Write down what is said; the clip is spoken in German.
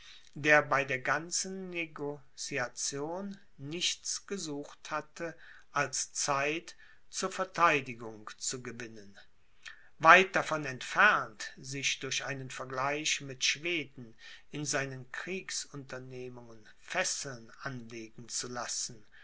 der bei der ganzen negociation nichts gesucht hatte als zeit zur verteidigung zu gewinnen weit davon entfernt sich durch einen vergleich mit schweden in seinen kriegsunternehmungen fesseln anlegen zu lassen